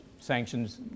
sanctions